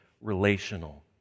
relational